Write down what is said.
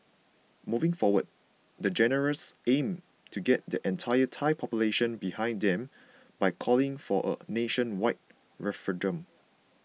moving forward the generals aim to get the entire Thai population behind them by calling for a nationwide referendum